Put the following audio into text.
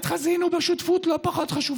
אני בכנסת במקומו, ואני הצבעתי נגד.